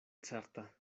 certa